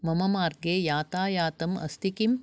मम मार्गे यातायातम् अस्ति किम्